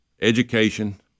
education